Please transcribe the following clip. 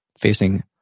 facing